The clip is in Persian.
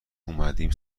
اومدیم